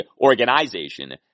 organization